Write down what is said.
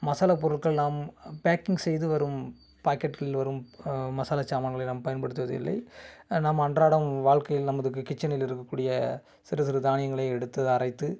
மசாலாப் பொருட்கள் நாம் பேக்கிங் செய்து வரும் பாக்கெட்டுகளில் வரும் மசாலாச் சாமான்களை நாம் பயன்படுத்துவதில்லை நாம் அன்றாட வாழ்க்கையில் நமது கிச் கிச்சனில் இருக்கக்கூடிய சிறு சிறு தானியங்களை எடுத்து அரைத்து